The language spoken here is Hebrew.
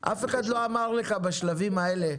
אף אחד לא אמר לך בשלבים האלה: